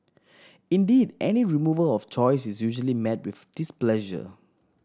indeed any removal of choice is usually met with displeasure